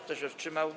Kto się wstrzymał?